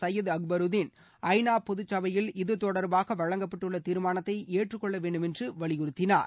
சையது அக்பருதீன் ஐ நா பொதுச்சபையில் இது தொடர்பாக வழங்கப்பட்டுள்ள தீர்மானத்தை ஏற்றுக்கொள்ள வேண்டும் என்று வலியுறுத்தினார்